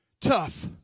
Tough